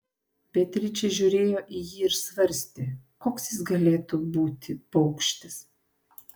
beatričė žiūrėjo į jį ir svarstė koks jis galėtų būti paukštis